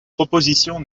proposition